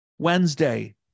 Wednesday